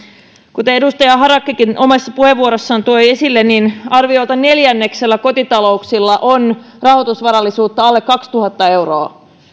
kuten edustaja harakkakin omassa puheenvuorossaan toi esille arviolta neljänneksellä kotitalouksista on rahoitusvarallisuutta alle kaksituhatta euroa